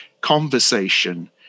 conversation